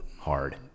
hard